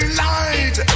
light